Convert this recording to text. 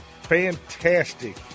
fantastic